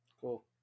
cool